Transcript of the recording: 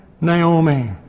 Naomi